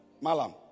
Malam